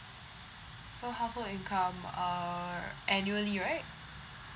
so household income err annually right